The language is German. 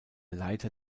leiter